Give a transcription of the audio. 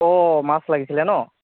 অঁ মাছ লাগিছিলে ন'